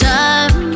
time